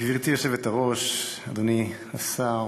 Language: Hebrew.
גברתי היושבת-ראש, אדוני השר,